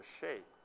shape